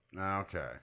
Okay